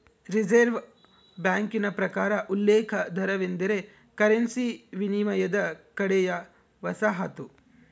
reserve ಬ್ಯಾಂಕಿನ ಪ್ರಕಾರ ಉಲ್ಲೇಖ ದರವೆಂದರೆ ಕರೆನ್ಸಿ ವಿನಿಮಯದ ಕಡೆಯ ವಸಾಹತು